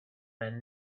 man